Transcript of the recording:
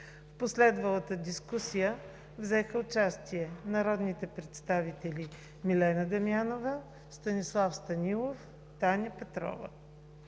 В последвалата дискусия участие взеха народните представители Милена Дамянова, Станислав Станилов, Таня Петрова.